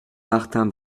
martin